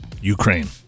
Ukraine